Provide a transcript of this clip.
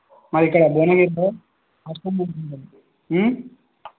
మాది ఇక్కడ భువనగిరిలో సార్